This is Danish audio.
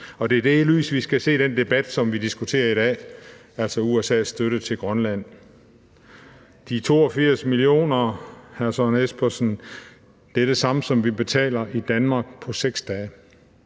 og det er i det lys, vi skal se den debat, som vi har i dag om USA's støtte til Grønland. De 82 mio. kr., hr. Søren Espersen, er det samme, som vi betaler i Danmark på 6 dage